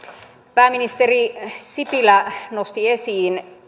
pääministeri sipilä nosti esiin